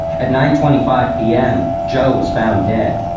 at nine twenty five p m. joe was found dead.